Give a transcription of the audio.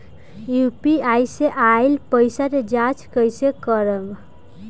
UPI से आइल पईसा के जाँच कइसे करब?